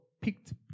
picked